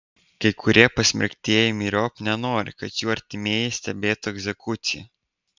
kai kurie pasmerktieji myriop nenori kad jų artimieji stebėtų egzekuciją